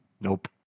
nope